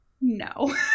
No